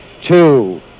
two